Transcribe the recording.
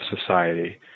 society